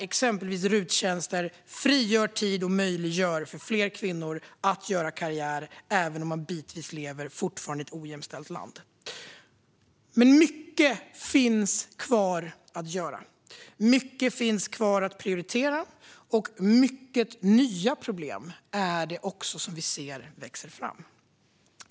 Exempelvis RUT-tjänster frigör tid och möjliggör för fler kvinnor att göra karriär även om man fortfarande lever i ett delvis ojämställt land. Men det finns mycket kvar att göra och att prioritera. Vi ser också många nya problem växa fram.